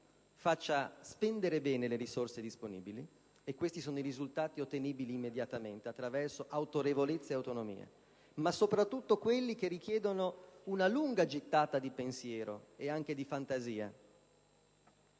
faccia spendere bene le risorse disponibili. Questi risultati sono ottenibili immediatamente attraverso autorevolezza e autonomia. Sono soprattutto importanti quelli che richiedono una lunga gittata di pensiero e fantasia